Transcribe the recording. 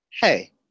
hey